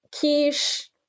Kish